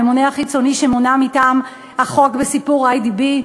הממונה החיצוני שמונה מטעם החוק בסיפור "איי.די.בי",